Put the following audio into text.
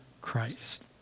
Christ